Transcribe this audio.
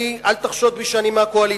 אני, אל תחשוד בי שאני מהקואליציה.